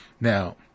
Now